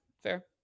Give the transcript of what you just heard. fair